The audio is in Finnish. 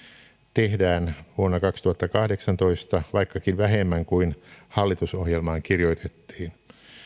tehdään vuonna kaksituhattakahdeksantoista vaikkakin vähemmän kuin hallitusohjelmaan kirjoitettiin